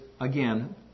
Again